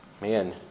Man